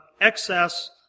excess